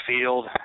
field